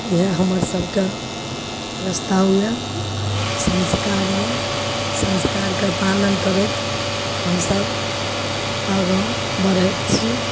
इहए हमर सबके प्रस्ताव यऽ संस्कार यऽ संस्कारके पालन करथि हमसब आँगा बढ़ैत छी